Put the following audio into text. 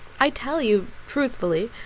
i tell you, truthfully,